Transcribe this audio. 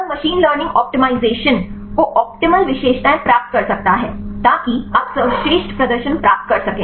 तब machine learning optimisation को optimal विशेषताएं प्राप्त कर सकता है ताकि आप सर्वश्रेष्ठ प्रदर्शन प्राप्त कर सकें